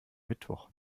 mittwoch